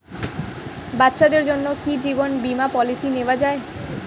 বাচ্চাদের জন্য কি জীবন বীমা পলিসি নেওয়া যায়?